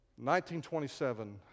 1927